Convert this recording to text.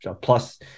plus